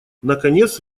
наконец